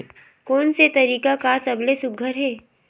कोन से तरीका का सबले सुघ्घर हे?